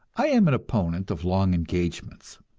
i am an opponent of long engagements,